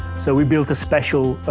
so we built a special,